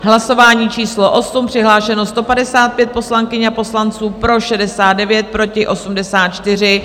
Hlasování číslo 8, přihlášeno 155 poslankyň a poslanců, pro 69, proti 84.